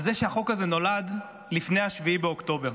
על זה שהחוק הזה נולד לפני 7 באוקטובר,